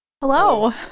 Hello